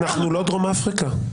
אנחנו לא דרום אפריקה.